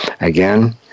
Again